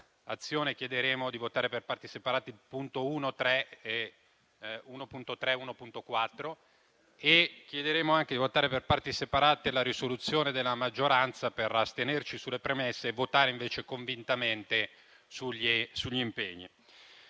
(chiederemo di votare separatamente i punti 1.3 e 1.4). Chiederemo anche di votare per parti separate la proposta di risoluzione della maggioranza, per astenerci sulle premesse e votare invece convintamente sugli impegni.